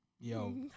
Yo